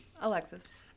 Alexis